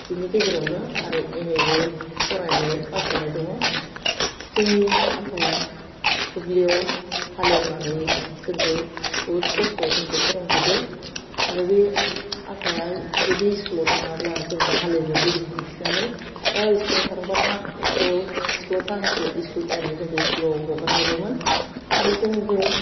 बिनि गेजेरावनो आरो एमए बो फरायनाय फास जानाय दङो जोंनि आफाया दुब्लियाव हालेवनानै जोंखो बुहुत खस्थ जोंखौ फोरोंहरदो आरो बे आफाया जुदि स्कुलाव थाङाब्ला जोंखो हालेव इदि दिन्थिनानै ओह स्कुलाव थांबा थां स्कुलाव स्कुलाव थां स्कुलाव थाइमाव जोंखो स्कुलाव हगार हरोमोन आरो जोंबो